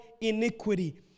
iniquity